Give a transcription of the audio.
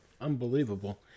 Unbelievable